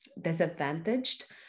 disadvantaged